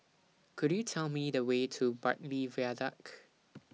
Could YOU Tell Me The Way to Bartley Viaduct